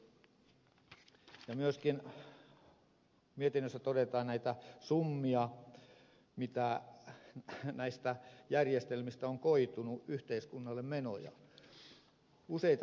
myöskin mietinnössä todetaan näitä summia mitä näistä järjestelmistä on koitunut yhteiskunnalle menoja useita satojatuhansia